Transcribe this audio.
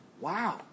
wow